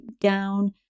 down